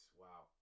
wow